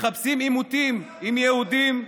מחפשים עימותים עם יהודים,